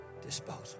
disposal